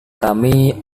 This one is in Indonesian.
kami